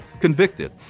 convicted